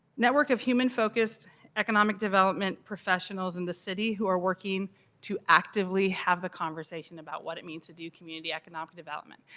network of human focused economic development professionals in the city who are working to actively have the conversation about what it means to do community economic development.